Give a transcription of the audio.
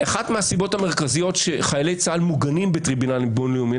אחת הסיבות המרכזיות שחיילי צה"ל מוגנים בטריבונלים בין-לאומיים,